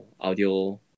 audio